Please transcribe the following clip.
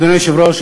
אדוני היושב-ראש,